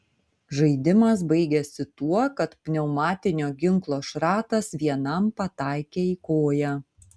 žaidimas baigėsi tuo kad pneumatinio ginklo šratas vienam pataikė į koją